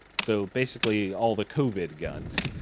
so basically all the covid guns.